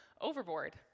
overboard